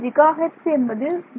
ஒரு ஜிகாஹெர்ட்ஸ் என்பது 109